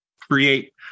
create